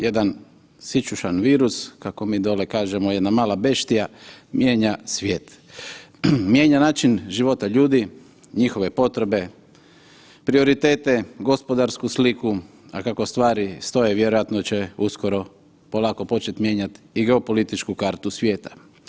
Jedan sićušan virus, kako mi dole kažemo jedna mala beštija mijenja svijet, mijenja način života ljudi, njihove potrebe, prioritete, gospodarsku sliku, a kako stvari stoje vjerojatno će uskoro polako početi mijenjat i geopolitičku kartu svijeta.